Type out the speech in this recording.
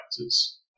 factors